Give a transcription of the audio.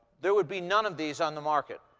there would be none of these on the market.